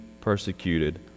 persecuted